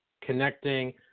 connecting